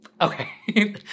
Okay